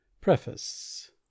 Preface